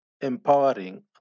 empowering